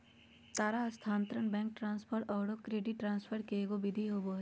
तार स्थानांतरण, bank transfer औरो क्रेडिट ट्रांसफ़र के एगो विधि होबो हइ